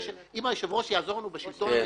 אם היושב-ראש יעזור לנו בשלטון המקומי,